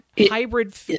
hybrid